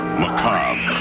macabre